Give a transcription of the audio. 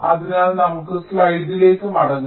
അതിനാൽ നമുക്ക് സ്ലൈഡിലേക്ക് മടങ്ങാം